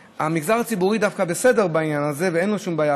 המגזר הציבורי דווקא בסדר בעניין הזה ואין בו שום בעיה,